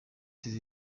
ses